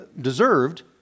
deserved